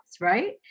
right